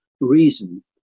reason